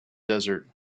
desert